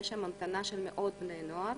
יש שם המתנה של מאות בני נוער